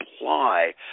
apply